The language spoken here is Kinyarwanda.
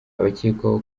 abakekwaho